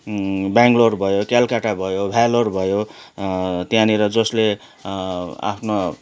बङ्गलोर भयो कोलकत्ता भयो भेल्लोर भयो त्यहाँनिर जसले आफ्नो